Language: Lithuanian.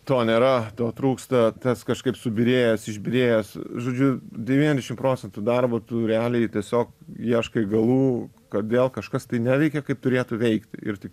to nėra to trūksta tas kažkaip subyrėjęs išbyrėjęs žodžiu devyniasdešim procentų darbo tu realiai tiesiog ieškai galų kodėl kažkas tai neveikia kaip turėtų veikti ir tik